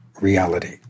reality